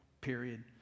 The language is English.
period